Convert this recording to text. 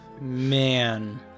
man